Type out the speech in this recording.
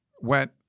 went